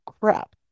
crap